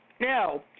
Now